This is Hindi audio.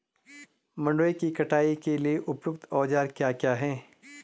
मंडवे की कटाई के लिए उपयुक्त औज़ार क्या क्या हैं?